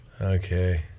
okay